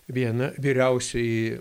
viena vyriausioji